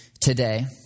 today